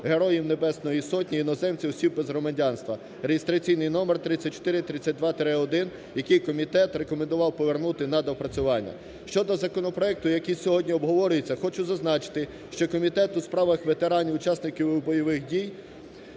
Героїв Небесної Сотні іноземців, осіб без громадянства (реєстраційний номер 3432-1), який комітет рекомендував повернути на доопрацювання. Щодо законопроекту, який сьогодні обговорюється, хочу зазначити, що Комітет у справах ветеранів, учасників бойових дій